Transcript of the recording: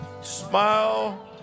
Smile